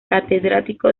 catedrático